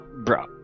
bro